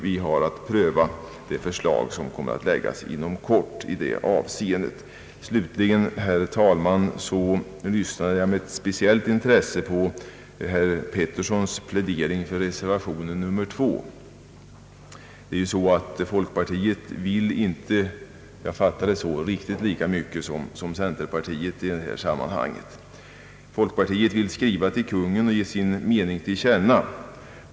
Riksdagen får ta ställning till det förslag som kommer att framläggas inom kort i det här avseendet. Slutligen vill jag säga, herr talman, att jag lyssnade med speciellt intresse till herr Peterssons plädering för reservationen nr II. Som jag uppfattade det, vill folkpartiet inte riktigt lika mycket som centerpartiet i det här sammanhanget. Folkpartiet vill skriva till Kungl. Maj:t och ge sin mening till känna.